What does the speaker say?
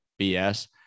BS